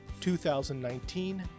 2019